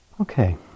Okay